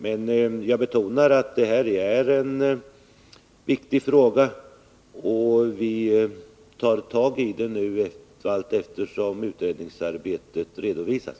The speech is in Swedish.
Men jag betonar att det här är en viktig fråga, och vi tar tag i den nu allteftersom utredningsarbetet redovisas.